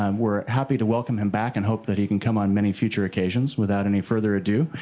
um we're happy to welcome him back and hope that he can come on many future occasions. without any further ado,